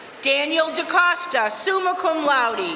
daniel d'acosta, summa cum laude,